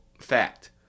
fact